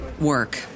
work